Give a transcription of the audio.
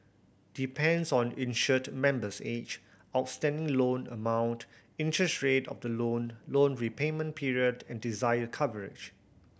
depends on insured member's age outstanding loan amount interest rate of the loan loan repayment period and desired coverage